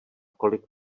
kolik